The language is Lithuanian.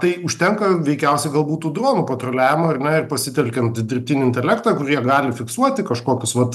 tai užtenka veikiausiai gal būtų dronų patruliavimo ir na ir pasitelkiant dirbtinį intelektą kurie gali fiksuoti kažkokius vat